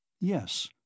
Yes